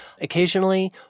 Occasionally